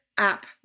app